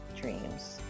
dreams